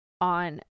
on